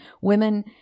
women